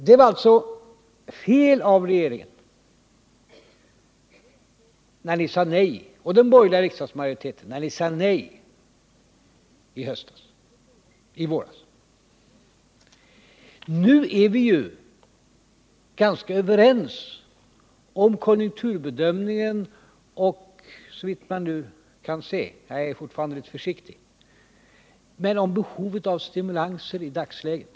Det var alltså fel av regeringen och av den borgerliga riksdagsmajoriteten när ni sade nej i våras. Nu är vi ju ganska överens om konjunkturbedömningen och såvitt man nu kan se — jag är fortfarande litet försiktig på den punkten — om behovet av stimulanser i dagsläget.